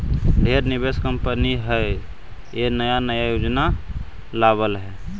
ढेरे निवेश कंपनी हइ जे नया नया योजना लावऽ हइ